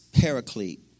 paraclete